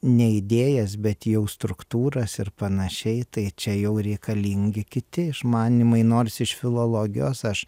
ne idėjas bet jau struktūras ir panašiai tai čia jau reikalingi kiti išmanymai nors iš filologijos aš